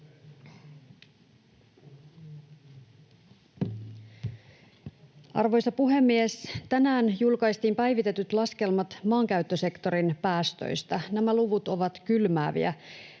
Arvoisa puhemies! Tänään julkaistiin päivitetyt laskelmat maankäyttösektorin päästöistä. Nämä luvut ovat kylmääviä: